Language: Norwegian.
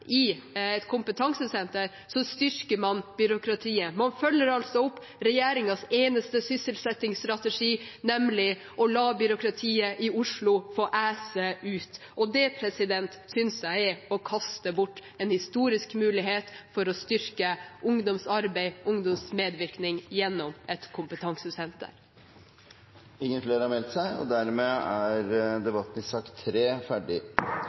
i et kompetansesenter – å styrke byråkratiet. Man følger opp regjeringens eneste sysselsettingsstrategi, nemlig å la byråkratiet i Oslo få ese ut. Det synes jeg er å kaste bort en historisk mulighet til å styrke ungdomsarbeid og ungdomsmedvirkning gjennom et kompetansesenter. Flere har ikke bedt om ordet til sak nr. 3. Etter ønske fra familie- og